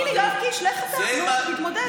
הינה, יואב קיש, לך אתה, תתמודד.